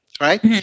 right